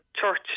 church